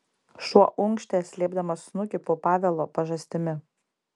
šuo unkštė slėpdamas snukį po pavelo pažastimi